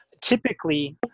typically